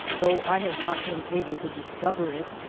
though i have not been able to discover it.